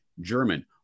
German